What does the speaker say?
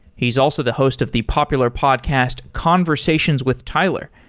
he's also the host of the popular podcast, conversations with tyler,